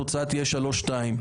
התוצאה תהיה שלושה-שניים.